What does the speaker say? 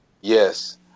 Yes